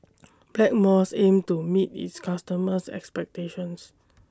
Blackmores aims to meet its customers' expectations